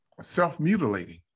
self-mutilating